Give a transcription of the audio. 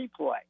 replay